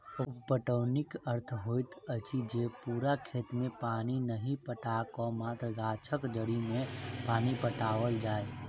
उप पटौनीक अर्थ होइत अछि जे पूरा खेत मे पानि नहि पटा क मात्र गाछक जड़ि मे पानि पटाओल जाय